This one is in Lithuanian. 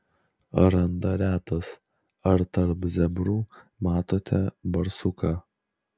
randa retas ar tarp zebrų matote barsuką